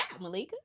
Malika